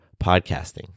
podcasting